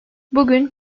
bugün